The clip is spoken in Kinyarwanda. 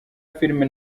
filime